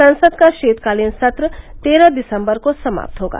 संसद का शीतकालीन सत्र तेरह दिसम्बर को समाप्त होगा